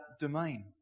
domain